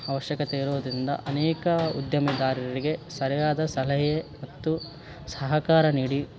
ಅವಶ್ಯಕತೆ ಇರುವುದರಿಂದ ಅನೇಕ ಉದ್ಯಮಿದಾರರಿಗೆ ಸರಿಯಾದ ಸಲಹೆ ಮತ್ತು ಸಹಕಾರ ನೀಡಿ